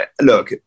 look